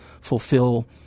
fulfill –